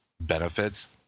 benefits